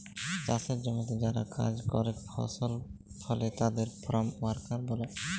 চাসের জমিতে যারা কাজ করেক ফসল ফলে তাদের ফার্ম ওয়ার্কার ব্যলে